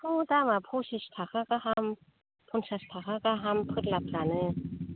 दाथ' दामआ फसिस थाखा गाहाम फन्सास थाखा गाहाम फोरलाफ्रानो